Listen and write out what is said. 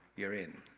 you're in.